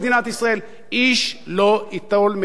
איש לא ייטול מהם את הדבר הזה,